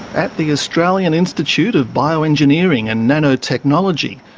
at the australian institute of bioengineering and nanotechnology,